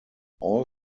all